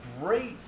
great